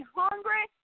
hungry